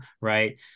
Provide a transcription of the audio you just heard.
Right